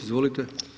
Izvolite.